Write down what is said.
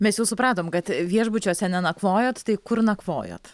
mes jau supratom kad viešbučiuose nenakvojot tai kur nakvojot